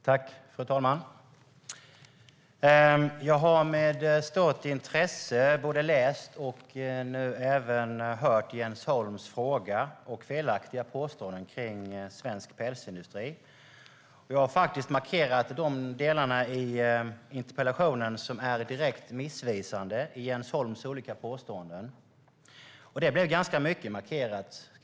Fru talman! Jag har med stort intresse både läst och nu hört Jens Holms fråga och felaktiga påståenden om svensk pälsindustri. Jag har markerat de delar i Jens Holms olika påståenden i interpellationen som är direkt missvisande. Det blev ganska mycket markerat.